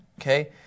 okay